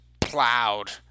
plowed